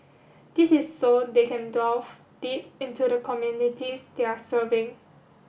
this is so they can delve deep into the communities they are serving